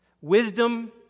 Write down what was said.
Wisdom